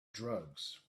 drugs